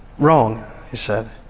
wrong he said.